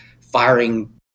firing